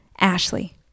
Ashley